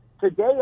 today